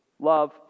love